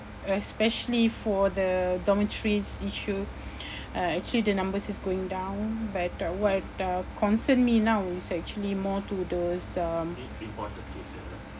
especially for the dormitories issue uh actually the numbers is going down but uh what uh concern me now is actually more to those um